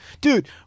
dude